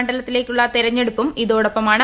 മണ്ഡലത്തിലേക്കുള്ള തെരഞ്ഞെടുപ്പും ഇതോടൊപ്പമാണ്